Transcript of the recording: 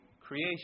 creation